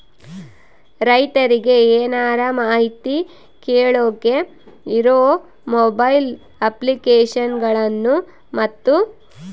ರೈತರಿಗೆ ಏನರ ಮಾಹಿತಿ ಕೇಳೋಕೆ ಇರೋ ಮೊಬೈಲ್ ಅಪ್ಲಿಕೇಶನ್ ಗಳನ್ನು ಮತ್ತು?